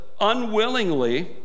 unwillingly